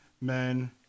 men